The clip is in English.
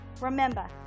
Remember